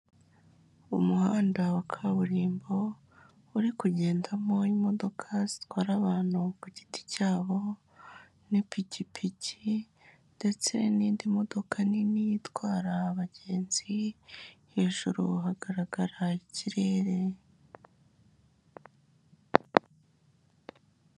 Umuhanda wa kaburimbo uri kugendamo imodoka zitwara abantu ku giti cyabo n'ipikipiki ndetse n'indi modoka nini itwara abagenzi hejuru hagaragara ikirere.